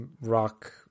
rock